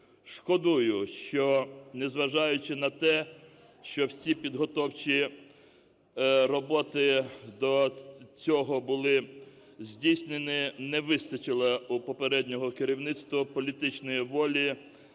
Шкодую, що незважаючи на те, що всі підготовчі роботи до цього були здійснені, не вистачило у попереднього керівництва політичної волі